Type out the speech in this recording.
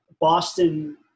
Boston